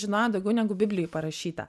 žinojo daugiau negu biblijoj parašyta